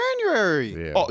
January